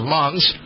months